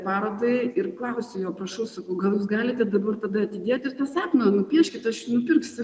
parodai ir klausiu jo prašau sakau gal jūs galite dabar tada atidėti tą sapną nupieškit aš jį nupirksiu